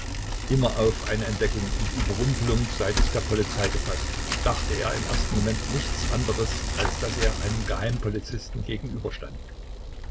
immer auf eine entdeckung und überrumpelung seitens der polizei gefaßt dachte er im ersten moment nichts anderes als daß er einem geheimpolizisten